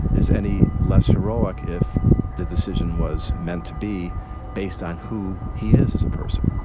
is any less heroic if the decision was meant to be based on who he is as a person